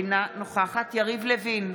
אינה נוכחת יריב לוין,